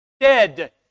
dead